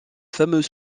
fameux